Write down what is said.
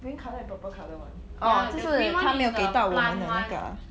green colour and purple colour [one] orh 就是它没有给到我们的那个 ah